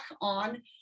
on